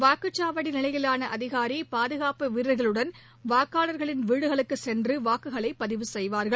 வாக்குச்சாவடி நிலையிலான அதிகாரி பாதுகாப்பு வீரர்களுடன் வாக்காளர்களின் வீடுகளுக்குச் சென்று வாக்குகளை பதிவு செய்வார்கள்